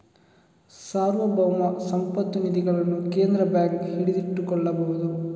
ಸಾರ್ವಭೌಮ ಸಂಪತ್ತು ನಿಧಿಗಳನ್ನು ಕೇಂದ್ರ ಬ್ಯಾಂಕ್ ಹಿಡಿದಿಟ್ಟುಕೊಳ್ಳಬಹುದು